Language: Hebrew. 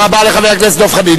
תודה רבה לחבר הכנסת דב חנין.